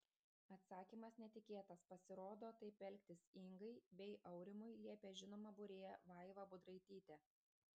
atsakymas netikėtas pasirodo taip elgtis ingai bei aurimui liepė žinoma būrėja vaiva budraitytė